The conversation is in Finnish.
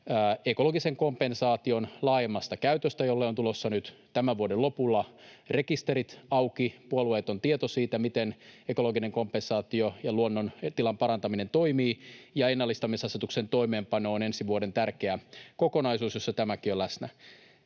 ekologisen kompensaation laajemmasta käytöstä, jolle on tulossa nyt tämän vuoden lopulla rekisterit auki: Puolueeton tieto siitä, miten ekologinen kompensaatio ja luonnon tilan parantaminen toimivat, ja ennallistamisasetuksen toimeenpano on ensi vuoden tärkeä kokonaisuus, jossa tämäkin on läsnä.